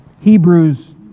Hebrews